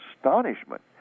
astonishment